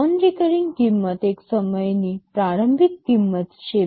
non recurring કિંમત એક સમયની પ્રારંભિક કિંમત છે